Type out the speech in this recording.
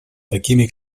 такими